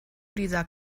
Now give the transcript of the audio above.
dieser